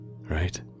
Right